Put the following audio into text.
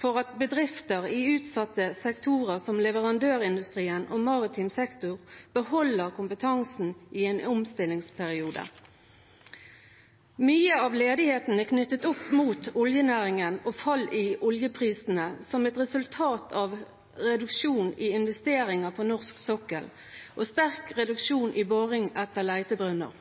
for at bedrifter i utsatte sektorer, som leverandørindustrien og maritim sektor, beholder kompetansen i en omstillingsperiode. Mye av ledigheten er knyttet opp mot oljenæringen og fall i oljeprisene som et resultat av reduksjon i investeringer på norsk sokkel og sterk reduksjon i boring etter letebrønner.